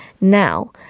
Now